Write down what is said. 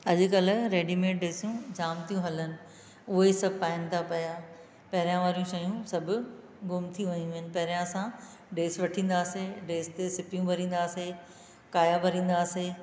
अॼुकल्ह रेडीमेड ड्रेसियूं जाम थियूं हलनि उहे सभु पाइनि था पिया पहिरियां वारी शयूं सभु गुम थी वेयूं आहिनि पहिरियां असां ड्रेस वठी ईंदा हुआसीं ड्रेस ते सिपियूं भरींदा हुआसीं काया भरींदा हुआसीं